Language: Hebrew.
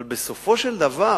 אבל, בסופו של דבר,